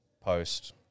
post